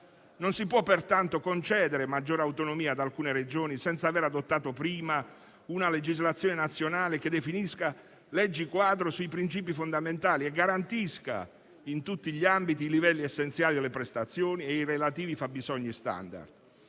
Non si può pertanto concedere maggiore autonomia ad alcune Regioni senza aver adottato prima una legislazione nazionale che definisca leggi quadro sui principi fondamentali e garantisca in tutti gli ambiti i livelli essenziali delle prestazioni e i relativi fabbisogni *standard*.